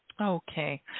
Okay